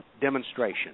demonstration